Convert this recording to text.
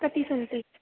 कति सन्ति